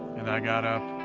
and i got up,